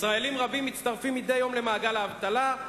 ישראלים רבים מצטרפים מדי יום למעגל האבטלה,